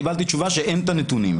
קיבלתי תשובה שאין את הנתונים.